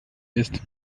ist